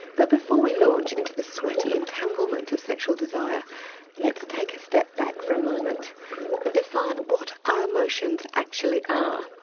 but before we launch into the sweaty entanglement of sexual desire let's take a step back for a moment and define what our emotions actually are.